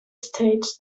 states